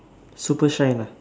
super shine ah